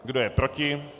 Kdo je proti?